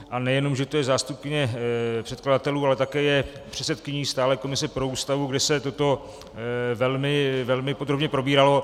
A nejenom že to je zástupkyně předkladatelů, ale také je předsedkyní stálé komise pro Ústavu, kde se toto velmi podrobně probíralo.